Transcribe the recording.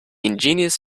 ingenious